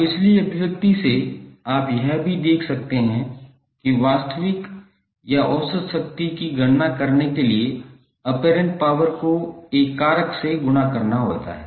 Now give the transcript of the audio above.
अब पिछली अभिव्यक्ति से आप यह भी देख सकते हैं कि वास्तविक या औसत शक्ति की गणना करने के लिए ऑपेरेंट पावर को एक कारक से गुणा करना होगा